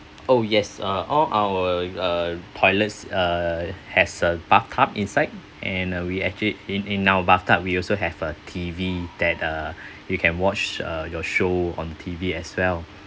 oh yes uh all our uh toilets uh has a bathtub inside and uh we actually in in our bathtub we also have a T_V that uh you can watch uh your show on T_V as well